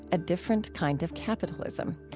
a different kind of capitalism.